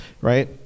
Right